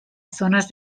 zonas